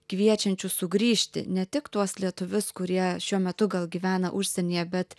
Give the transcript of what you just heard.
kviečiančių sugrįžti ne tik tuos lietuvius kurie šiuo metu gal gyvena užsienyje bet